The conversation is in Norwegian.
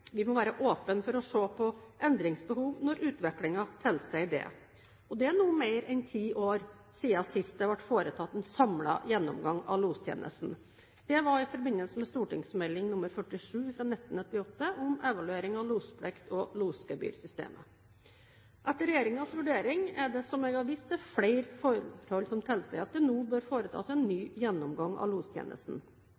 Vi må være åpne for å se på endringsbehov når utviklingen tilsier dette. Det er nå mer enn ti år siden sist det ble foretatt en samlet gjennomgang av lostjenesten. Det var i forbindelse med St.meld. nr. 47 for 1998–1999 Om evaluering av losplikt- og losgebyrsystemet. Etter regjeringens vurdering er det, som jeg har vist til, flere forhold som tilsier at det nå bør foretas en ny